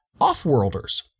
Offworlders